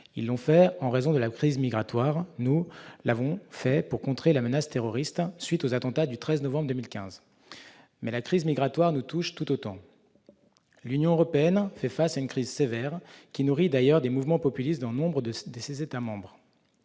l'ont fait en raison de la crise migratoire ; nous l'avons fait pour contrer la menace terroriste à la suite des attentats du 13 novembre 2015. Mais la crise migratoire nous touche tout autant que les autres. L'Union européenne fait face à une crise sévère, qui nourrit d'ailleurs des mouvements populistes dans nombre de ses États membres.